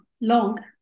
long